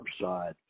side